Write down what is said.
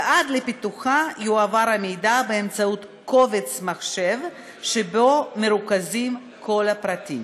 ועד לפיתוחה יועבר המידע באמצעות קובץ מחשב שבו מרוכזים כל הפרטים.